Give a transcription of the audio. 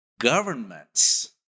governments